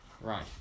Right